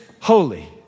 holy